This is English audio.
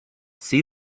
see